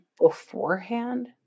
beforehand